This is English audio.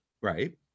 Right